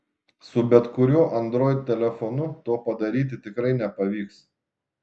su bet kuriuo android telefonu to padaryti tikrai nepavyks